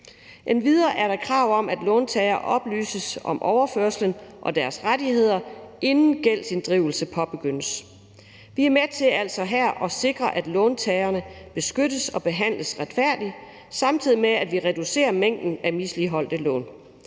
Endvidere er der krav om, at låntagere oplyses om overførslen og om deres rettigheder, inden gældsinddrivelse påbegyndes. Vi er altså her med til at sikre, at låntagerne beskyttes og behandles retfærdigt, samtidig med at vi reducerer mængden af misligholdte lån.